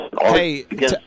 Hey